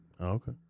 Okay